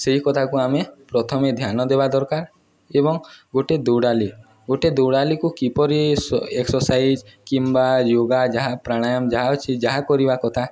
ସେଇ କଥାକୁ ଆମେ ପ୍ରଥମେ ଧ୍ୟାନ ଦେବା ଦରକାର ଏବଂ ଗୋଟେ ଦୌଡ଼ାଲି ଗୋଟେ ଦୌଡ଼ାଲିକୁ କିପରି ଏକ୍ସରସାଇଜ୍ କିମ୍ବା ଯୋଗା ଯାହା ପ୍ରାଣାୟମ ଯାହା ଅଛି ଯାହା କରିବା କଥା